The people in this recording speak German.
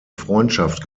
freundschaft